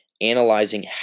analyzing